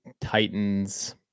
Titans